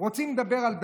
רוצים לדבר על דבר,